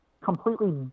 completely